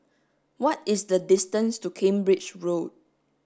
what is the distance to Cambridge Road